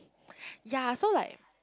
ya so like